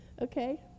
Okay